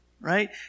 right